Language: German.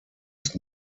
ist